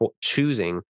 choosing